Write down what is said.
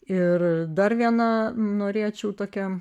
ir dar vieną norėčiau tokią